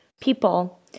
people